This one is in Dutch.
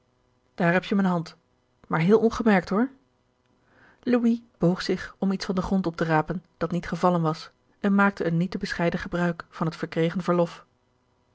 daar heb je mijn hand maar heel ongemerkt hoor louis boog zich om iets van den grond op te rapen dat niet gevallen was en maakte een niet te bescheiden gebruik van het verkregen verlof